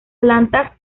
plantas